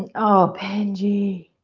oh, benji.